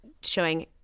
showing